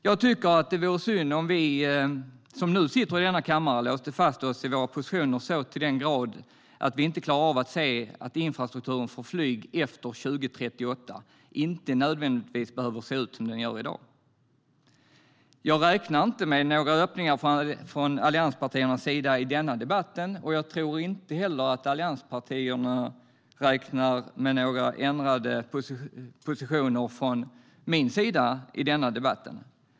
Jag tycker att det vore synd om vi som nu sitter i denna kammare låser fast oss i våra positioner så till den grad att vi inte klarar av att se att infrastrukturen för flyg efter 2038 inte nödvändigtvis behöver se ut som den gör i dag. Jag räknar inte med några öppningar från allianspartiernas sida i denna debatt, och jag tror inte heller att allianspartierna räknar med några ändrade positioner från min sida i denna debatt.